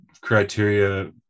criteria